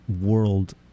world